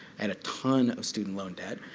and a ton of student loan debt.